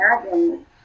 imagine